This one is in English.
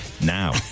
now